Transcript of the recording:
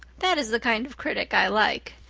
that is the kind of critic i like.